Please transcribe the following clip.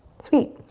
sweet.